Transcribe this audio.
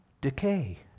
decay